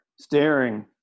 staring